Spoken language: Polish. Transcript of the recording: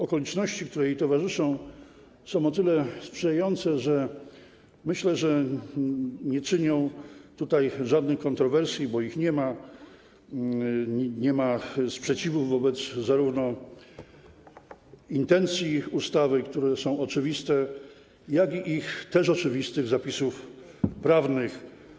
Okoliczności, które jej towarzyszą, są o tyle sprzyjające, że jak myślę, nie budzą tutaj żadnych kontrowersji - bo ich nie ma, nie ma sprzeciwu ani wobec intencji ustawy, które są oczywiste, ani wobec też oczywistych zapisów prawnych.